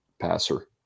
passer